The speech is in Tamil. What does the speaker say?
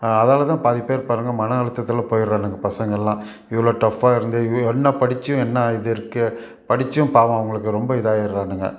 அதால்தான் பாதிப்பேர் பாருங்கள் மன அழுத்தத்தில் போயிடுறானுங்க பசங்கெல்லாம் இவ்வளோ டஃபாக இருந்து ஐயோ என்ன படித்தும் என்ன இது இருக்குது படித்தும் பாவம் அவங்களுக்கு ரொம்ப இதாயிடுறானுங்க